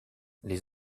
les